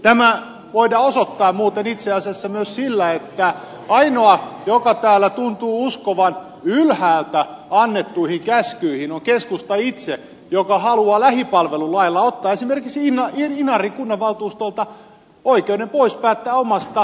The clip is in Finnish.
tämä voidaan osoittaa muuten itse asiassa myös sillä että ainoa joka täällä tuntuu uskovan ylhäältä annettuihin käskyihin on keskusta itse joka haluaa lähipalvelulailla ottaa esimerkiksi inarin kunnanvaltuustolta oikeuden pois päättää omasta palveluverkostaan